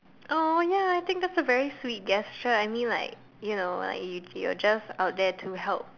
AWW ya I think that's a very sweet gesture I mean like you know like you're just out there to help